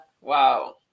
Wow